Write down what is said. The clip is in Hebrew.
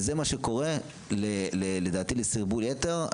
וזה מה שקורה לדעתי לסרבול יתר.